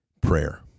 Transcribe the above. prayer